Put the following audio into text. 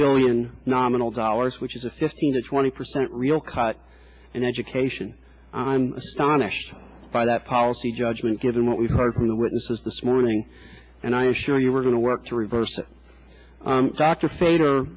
billion nominal dollars which is a fifteen to twenty percent real cut in education i'm astonished by that policy judgment given what we've heard from the witnesses this morning and i assure you we're going to work to reverse